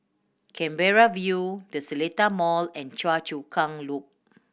Canberra View The Seletar Mall and Choa Chu Kang Loop